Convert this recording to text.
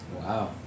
Wow